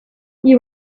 you